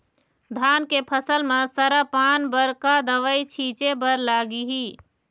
धान के फसल म सरा पान बर का दवई छीचे बर लागिही?